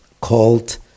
called